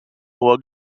hoher